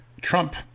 Trump